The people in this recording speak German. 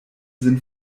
sind